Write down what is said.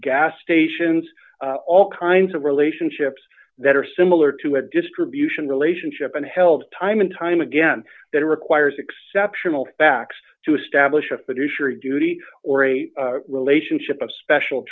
gas stations all kinds of relationships that are similar to it distribution relationship unhealed time and time again that requires exceptional facts to establish a fiduciary duty or a relationship of special